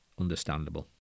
understandable